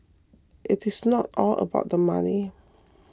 it is not all about the money